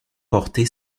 porté